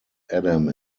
adam